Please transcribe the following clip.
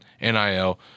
NIL